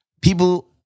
People